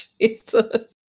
Jesus